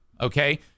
Okay